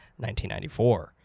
1994